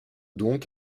donc